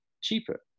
cheaper